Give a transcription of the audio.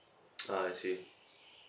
ah I see